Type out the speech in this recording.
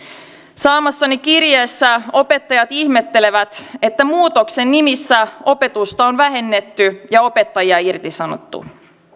saamassani kirjeessä opettajat ihmettelevät että muutoksen nimissä opetusta on vähennetty ja opettajia irtisanottu